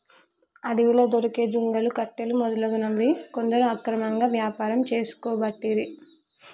అడవిలా దొరికే దుంగలు, కట్టెలు మొదలగునవి కొందరు అక్రమంగా వ్యాపారం చేసుకోబట్టిరి